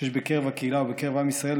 שישנם בקרב הקהילה ובקרב עם ישראל,